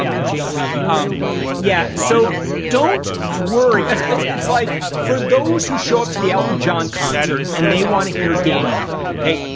um and change me um yeah, so don't worry it's it's like for those who show up to the out in john concert and they want to hear daniel okay,